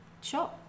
Sure